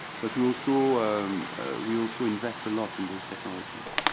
but we also we also invest a lot in those technologies